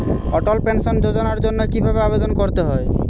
অটল pension যোজনার জন্য কি ভাবে আবেদন করতে হয়?